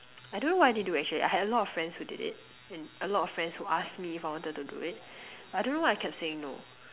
I don't know why I didn't do actually I had a lot of friends who did it and a lot of friends who asked me if I wanted to do it but I don't know why I kept saying no